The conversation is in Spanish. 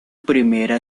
primera